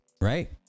right